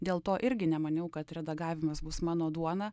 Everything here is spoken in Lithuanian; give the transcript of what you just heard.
dėl to irgi nemaniau kad redagavimas bus mano duona